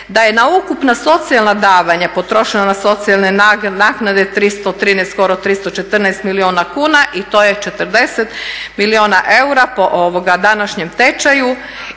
da je na ukupna socijalna davanja potrošeno na socijalne naknade 313, skoro 314 milijuna kuna i to je 40 milijuna eura po današnjem tečaju.